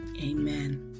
Amen